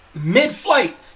Mid-flight